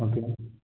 okay